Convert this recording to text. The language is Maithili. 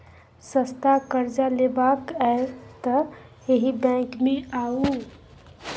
सस्ता करजा लेबाक यै तए एहि बैंक मे आउ